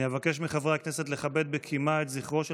אבקש מחברי הכנסת לכבד בקימה את זכרו של